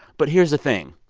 but here's the thing.